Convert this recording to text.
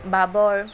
বাবৰ